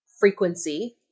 frequency